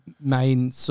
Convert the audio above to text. main